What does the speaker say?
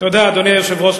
אדוני היושב-ראש,